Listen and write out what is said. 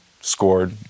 scored